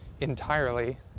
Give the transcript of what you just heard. entirely